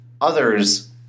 others